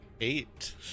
eight